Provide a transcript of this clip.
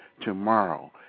tomorrow